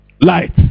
Light